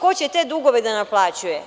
Ko će te dugove da naplaćuje?